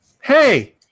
Hey